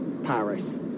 paris